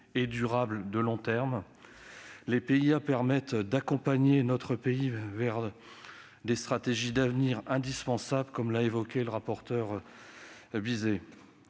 et durable de long terme. Les PIA permettent d'accompagner notre pays vers des stratégies d'avenir indispensables, comme l'a dit M. le rapporteur